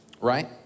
right